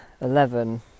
eleven